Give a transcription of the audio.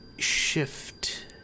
shift